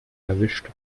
erwischt